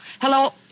hello